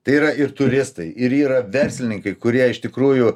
tai yra ir turistai ir yra verslininkai kurie iš tikrųjų